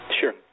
Sure